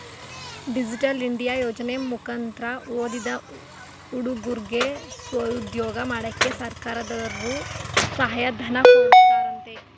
digital India ಯೋಜನೆ ಮುಕಂತ್ರ ಓದಿದ ಹುಡುಗುರ್ಗೆ ಸ್ವಉದ್ಯೋಗ ಮಾಡಕ್ಕೆ ಸರ್ಕಾರದರ್ರು ಸಹಾಯ ಧನ ಕೊಡ್ತಾರಂತೆ